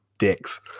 dicks